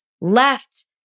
left